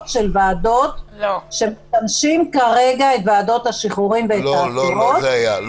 של ועדות שמשמשים כרגע את ועדות השחרורים ואת העתירות,